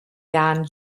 jahren